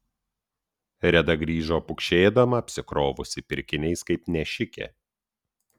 reda grįžo pukšėdama apsikrovusi pirkiniais kaip nešikė